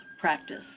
practice